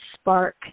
spark